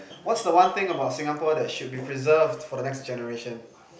what's the one thing about Singapore that should be preserved for the next generation